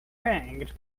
hanged